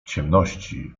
ciemności